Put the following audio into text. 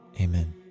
Amen